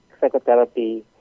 psychotherapy